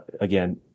Again